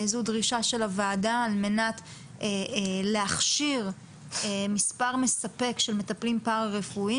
זו דרישה של הועדה על מנת להכשיר מספר מספק של מטפלים פרא רפואיים